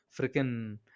freaking